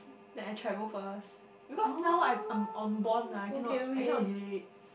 then I travel first because now I'm I'm on bond ah I cannot I cannot delay